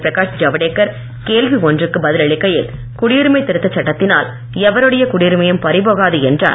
பிரகாஷ் ஜவடேக்கர் கேள்வி ஒன்றுக்கு பதில் அளிக்கையில் குடியுரிமை திருத்த சட்டத்தினால் எவருடைய குடியுரிமையும் பறிபோகாது என்றார்